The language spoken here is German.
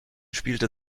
spielte